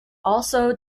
also